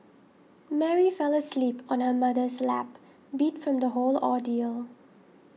Mary fell asleep on her mother's lap beat from the whole ordeal